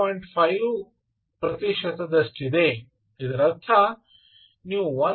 5 ಪ್ರತಿಶತದಷ್ಟಿದೆ ಇದರರ್ಥ ನೀವು 1